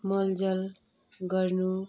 मल जल गर्नु